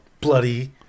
bloody